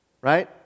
Right